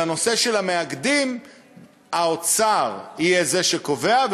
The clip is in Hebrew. ובנושא של המאגדים האוצר יהיה זה שקובע,